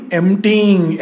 emptying